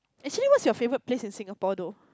actually what's your favourite place in Singapore though